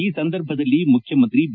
ಈ ಸಂದರ್ಭದಲ್ಲಿ ಮುಖ್ಯಮಂತ್ರಿ ಬಿ